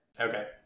Okay